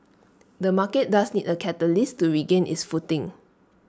the market does need A catalyst to regain its footing